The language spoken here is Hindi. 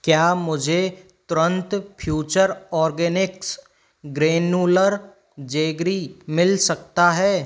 क्या मुझे तुरन्त फ्यूचर ऑर्गेनिक्स ग्रैनुलर जेगरी मिल सकता है